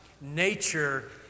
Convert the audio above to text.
nature